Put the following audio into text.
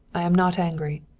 i am not angry.